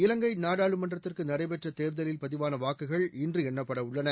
இலங்கை நாடாளுமன்றத்திற்கு நடைபெற்ற தேர்தலில் பதிவான வாக்குகள் இன்று எண்ணப்படவுள்ளன